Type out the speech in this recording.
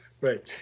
Right